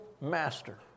master